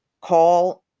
call